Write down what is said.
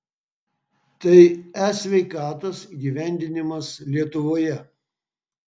tai e sveikatos įgyvendinimas lietuvoje